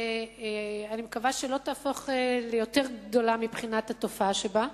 שאני מקווה שלא תהפוך ליותר גדולה מבחינת התופעה שבה,